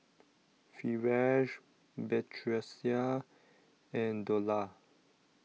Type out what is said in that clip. Firash Batrisya and Dollah